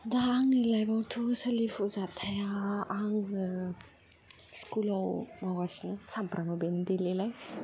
दा आंनि लाइफआवथ' सोलिफु जाथाया आङो स्कुलाव मावगासिनो सामफ्रामबो बेनो डेलि लाइफ